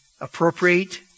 appropriate